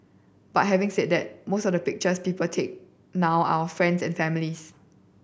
but having said that most of the pictures people take now are friends and family's